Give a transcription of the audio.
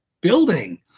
building